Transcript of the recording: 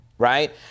Right